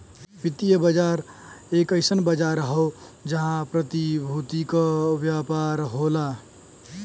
वित्तीय बाजार एक अइसन बाजार हौ जहां प्रतिभूति क व्यापार होला